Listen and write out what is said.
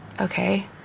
Okay